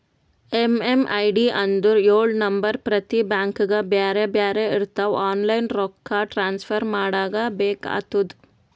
MMID ಅಂದುರ್ ಎಳು number ಪ್ರತಿ ಬ್ಯಾಂಕ್ಗ ಬ್ಯಾರೆ ಬ್ಯಾರೆ ಇರ್ತಾವ್ ಆನ್ಲೈನ್ ರೊಕ್ಕಾ ಟ್ರಾನ್ಸಫರ್ ಮಾಡಾಗ ಬೇಕ್ ಆತುದ